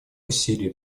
усилия